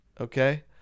Okay